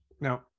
Now